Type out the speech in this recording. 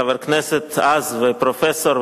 חבר הכנסת אז ופרופסור,